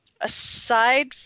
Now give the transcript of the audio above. Aside